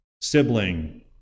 sibling